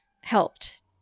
helped